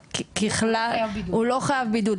ככלל הוא לא חייב בידוד,